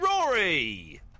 Rory